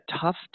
tough